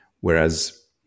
Whereas